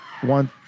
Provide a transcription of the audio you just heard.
one